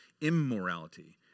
immorality